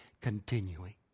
continuing